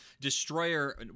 Destroyer